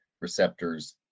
receptors